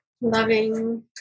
loving